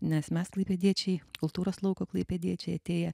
nes mes klaipėdiečiai kultūros lauko klaipėdiečiai atėję